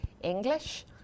English